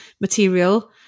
material